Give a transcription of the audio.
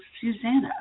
Susanna